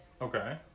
Okay